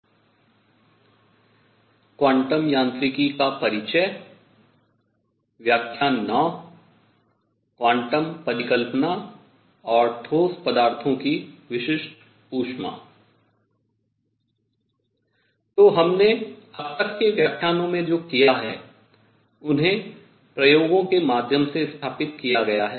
तो हमने अब तक के व्याख्यानों में जो किया है उन्हें प्रयोगों के माध्यम से स्थापित किया गया है